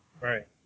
Right